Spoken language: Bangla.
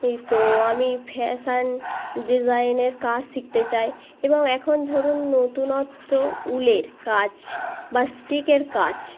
এই তো আমি ফ্যাশান ডিজাইনের কাজ শিখতে চাই এবং এখন ধরুন নতুনত্ব উলের কাজ বা স্টিকের কাজ